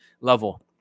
level